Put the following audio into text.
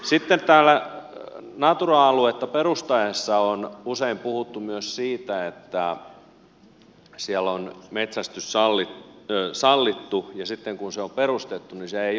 sitten täällä natura aluetta perustettaessa on usein puhuttu myös siitä että siellä on metsästys sallittu ja sitten kun se on perustettu niin se ei olekaan